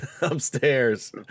upstairs